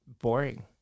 boring